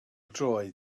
droed